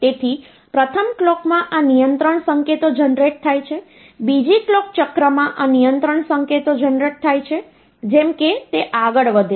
તેથી પ્રથમ કલોકમાં આ નિયંત્રણ સંકેતો જનરેટ થાય છે બીજી કલોક ચક્રમાં આ નિયંત્રણ સંકેતો જનરેટ થાય છે જેમ કે તે આગળ વધે છે